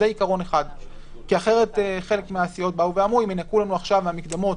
חלק מהסיעות טענו שאם עכשיו ינכו להן את ההלוואות מהמקדמות,